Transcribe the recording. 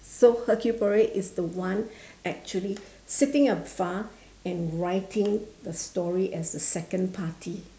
so hercule-poirot is the one actually sitting up far and writing the story as the second party